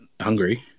hungry